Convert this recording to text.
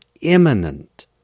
imminent